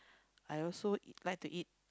I also like to eat